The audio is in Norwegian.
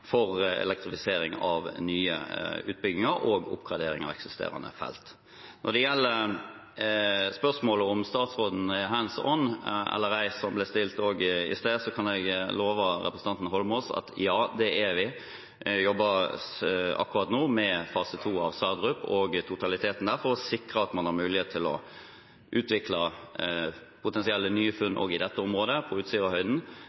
for elektrifisering av nye utbygginger og oppgradering av eksisterende felt. Når det gjelder spørsmålet om statsråden er «hands on» eller ei, som ble stilt i sted, kan jeg love representanten Eidsvoll Holmås at det er jeg. Vi jobber akkurat nå med fase 2 av Johan Sverdrup og totaliteten der for å sikre at man har mulighet til å utvikle potensielle nye